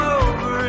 over